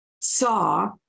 saw